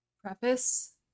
preface